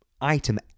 item